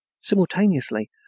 Simultaneously